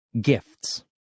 Gifts